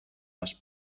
las